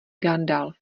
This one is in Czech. gandalf